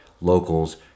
locals